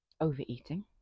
overeating